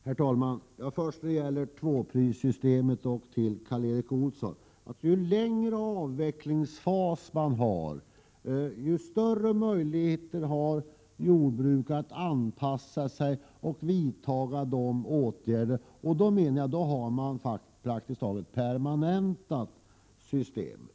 Herr talman! Först beträffande tvåprissystemet till Karl Erik Olsson: Ju längre avvecklingsfas man har, desto större möjligheter har jordbrukarna att anpassa sig och vidta åtgärder. På det sättet har man praktiskt taget permanentat systemet.